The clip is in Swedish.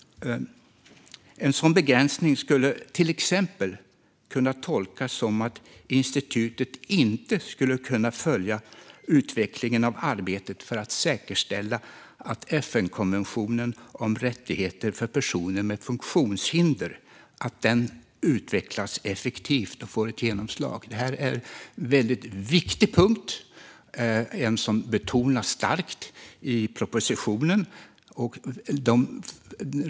En sådan begränsning skulle till exempel kunna tolkas som att institutet inte skulle kunna följa utvecklingen av arbetet för att säkerställa att FN-konventionen om rättigheter för personer med funktionshinder utvecklas effektivt och får genomslag. Detta är en väldigt viktig punkt och en som betonas starkt i propositionen.